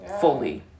fully